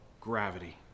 gravity